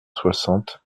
soixante